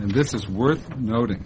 and this is worth not